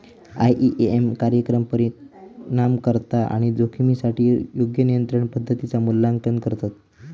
IPM कार्यक्रम परिणामकारकता आणि जोखमीसाठी योग्य नियंत्रण पद्धतींचा मूल्यांकन करतत